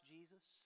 Jesus